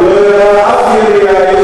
הוא לא ירה אף ירייה,